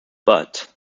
but